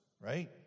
right